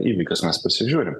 įvykius mes pasižiūrim